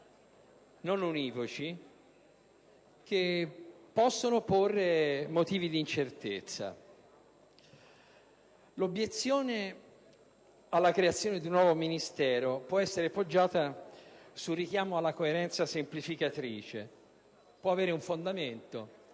non univoci che possono costituire motivi di incertezza. L'obiezione alla creazione di un nuovo Ministero può essere fondata sul richiamo alla coerenza semplificatrice e può avere un fondamento.